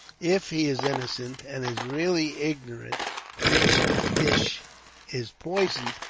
if he is innocent, and is really ignorant which dish is poisoned,